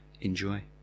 Enjoy